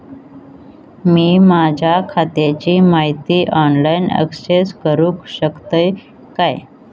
मी माझ्या खात्याची माहिती ऑनलाईन अक्सेस करूक शकतय काय?